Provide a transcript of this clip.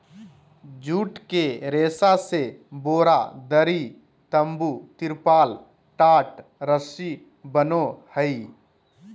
जुट के रेशा से बोरा, दरी, तम्बू, तिरपाल, टाट, रस्सी बनो हइ